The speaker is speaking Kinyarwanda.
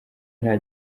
nta